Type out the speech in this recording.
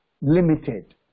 limited